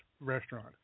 restaurant